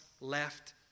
left